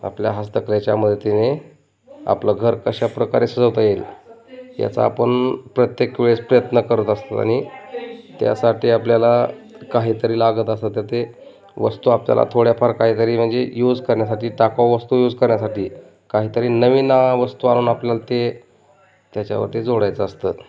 आपल्या हस्तकलेच्या मदतीने आपलं घर कशाप्रकारे सजवता येईल याचा आपण प्रत्येक वेळेस प्रयत्न करत असतो आणि त्यासाठी आपल्याला काहीतरी लागत असतं तर ते वस्तू आपल्याला थोड्याफार काहीतरी म्हणजे यूज करण्यासाठी टाकाऊ वस्तू यूज करण्यासाठी काहीतरी नवीन वस्तू आणून आपल्याला ते त्याच्यावरती जोडायचं असतं